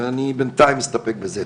ואני בינתיים אסתפק בזה.